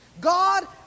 God